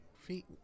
feet